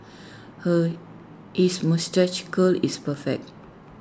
her his moustache curl is perfect